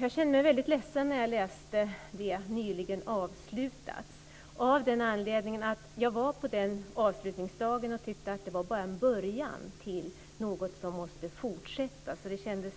Jag kände mig väldigt ledsen när jag läste orden "nyligen avslutats" av den anledningen att jag var på avslutningsdagen och tyckte att det bara var en början på något som måste fortsätta. Det kändes